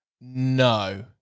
No